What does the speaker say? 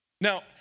Now